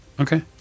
Okay